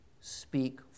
speak